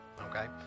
Okay